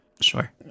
Sure